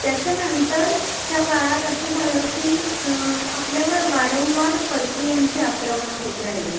त्याच्यानंतर च्या काळात असं झालं की आपल्यावर वारंवार परकीयांची आक्रमणं होत राहिली